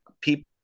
people